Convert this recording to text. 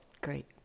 great